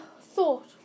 thought